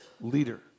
leader